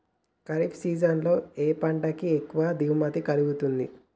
Kharif season లో ఏ పంట కి ఎక్కువ దిగుమతి కలుగుతుంది?